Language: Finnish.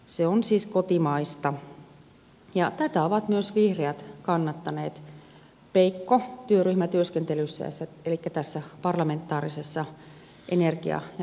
se on siis kotimaista ja tätä ovat myös vihreät kannattaneet peikko työryhmätyöskentelyssä elikkä parlamentaarisessa energia ja ilmastopolitiikan työryhmässä